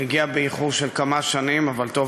הגיעה באיחור של כמה שנים, אבל טוב